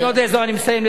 אני מסיים.